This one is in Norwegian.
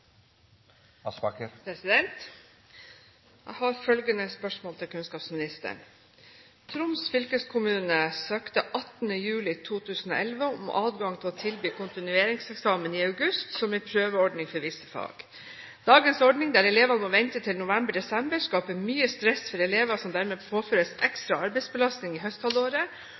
Jeg har følgende spørsmål til kunnskapsministeren: «Troms fylkeskommune søkte 18. juli 2011 om adgang til å tilby kontinueringseksamen i august som en prøveordning for visse fag. Dagens ordning der elevene må vente til november–desember, skaper mye stress for elever som dermed påføres ekstra arbeidsbelastning i høsthalvåret,